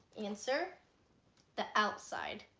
answer the outside